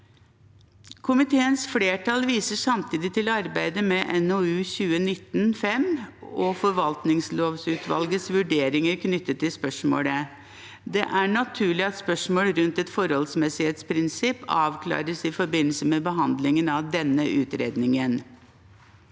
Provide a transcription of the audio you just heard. Komiteens flertall viser samtidig til arbeidet med NOU 2019: 5 og forvaltningslovutvalgets vurderinger knyttet til spørsmålet. Det er naturlig at spørsmålet rundt et forholdsmessighetsprinsipp avklares i forbindelse med behandlingen av denne utredningen.